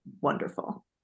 wonderful